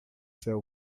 seu